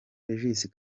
regis